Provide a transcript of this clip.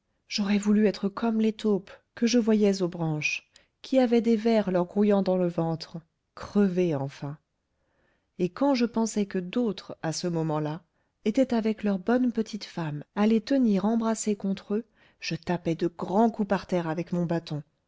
j'aurais voulu être comme les taupes que je voyais aux branches qui avaient des vers leur grouillant dans le ventre crevé enfin et quand je pensais que d'autres à ce moment-là étaient avec leurs bonnes petites femmes à les tenir embrassées contre eux je tapais de grands coups par terre avec mon bâton